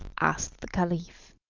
asked the caliph.